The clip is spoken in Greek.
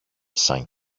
σαν